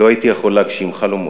לא הייתי יכול להגשים חלומות.